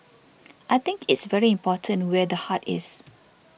I think it's very important where the heart is